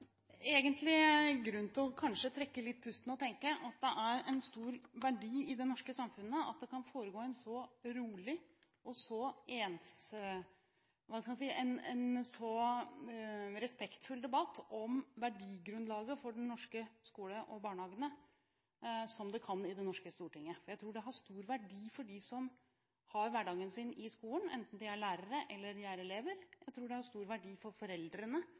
egentlig grunn til å trekke pusten litt og tenke at det er en stor verdi i det norske samfunnet at det kan foregå en så rolig og så respektfull debatt om verdigrunnlaget for den norske skole og barnehagene, som det kan i det norske stortinget. Det burde ha stor verdi for dem som har hverdagen sin i skolen, enten det er lærere eller elever. Jeg tror det har stor verdi for foreldrene